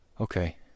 Okay